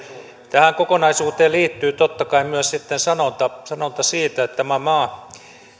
tähän kokonaisuuteen liittyy totta kai myös sitten sanonta sanonta siitä että tämä maa